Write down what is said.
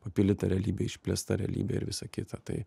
papildyta realybė išplėsta realybė ir visa kita tai